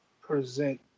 present